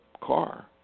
car